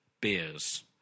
beers